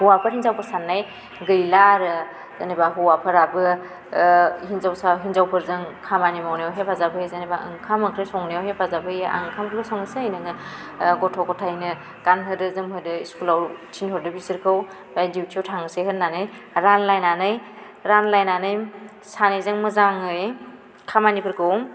हौवाफोर हिन्जावफोर साननाय गैला आरो जेनोबा हौवाफोराबो हिन्जावसा हिन्जावफोरजों खामानि मावनायाव हेफाजाब होयो जेनबा ओंखाम ओंख्रि संनायाव हेफाजाब होयो आं ओंखाम ओंख्रिखौ संसै नोङो गथ' गथाइनो गानहोदो जोमहोदो स्कुल आव थिनहरदो बिसोरखौ ओमफाय दिउथि याव थांसै होननानै रानलायनानै रानलायनानै सानैजों मोजाङै खामानिफोरखौ